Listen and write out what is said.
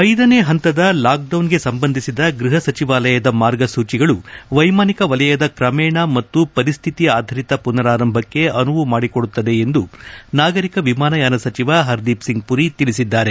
ಐದನೇ ಹಂತದ ಲಾಕ್ಡೌನ್ಗೆ ಸಂಬಂಧಿಸಿದ ಗೃಹ ಸಚಿವಾಲಯದ ಮಾರ್ಗಸೂಚಿಗಳು ವೈಮಾನಿಕ ವಲಯದ ಕ್ರಮೇಣ ಮತ್ತು ಪರಿಸ್ಥಿತಿ ಅಧಾರಿತ ಪುನರಾರಂಭಕ್ಕೆ ಅನುವು ಮಾಡಿಕೊಡುತ್ತದೆ ಎಂದು ನಾಗರಿಕ ವಿಮಾನಯಾನ ಸಚಿವ ಹರ್ದೀಪ್ ಸಿಂಗ್ ಪುರಿ ತಿಳಿಸಿದ್ದಾರೆ